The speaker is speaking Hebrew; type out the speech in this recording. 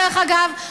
דרך אגב,